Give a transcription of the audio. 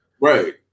right